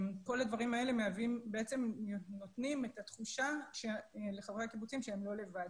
כל הדברים האלה נותנים את התחושה לחברי הקיבוצים שהם לא לבד.